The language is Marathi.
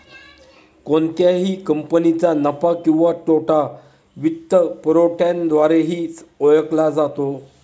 कोणत्याही कंपनीचा नफा किंवा तोटा वित्तपुरवठ्याद्वारेही ओळखला जातो